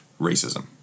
racism